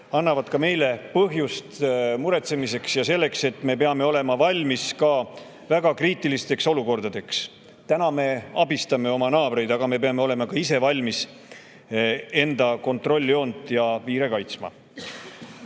annavad ka meile põhjust muretsemiseks ja selleks, et me peame olema valmis ka väga kriitilisteks olukordadeks. Täna me abistame oma naabreid, aga me peame olema ka ise valmis enda kontrolljoont ja piiri